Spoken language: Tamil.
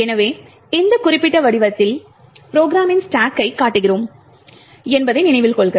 எனவே இந்த குறிப்பிட்ட வடிவத்தில் ப்ரோகிராம்மின் ஸ்டாக்கை காட்டுகிறோம் என்பதை நினைவில் கொள்க